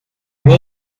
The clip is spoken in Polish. nie